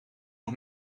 nog